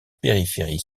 périphérie